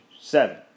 Seven